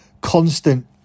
constant